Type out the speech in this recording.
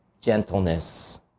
gentleness